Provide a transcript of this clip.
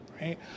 right